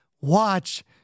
watch